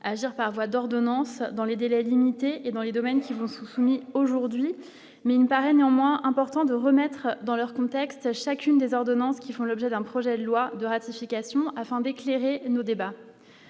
agir par voie d'ordonnance dans les délais limités et dans les domaines qui vont soumis aujourd'hui mais il paraît néanmoins important de remettre dans leur contexte, chacune des ordonnances qui font l'objet d'un projet de loi de ratification afin d'éclairer nos débats,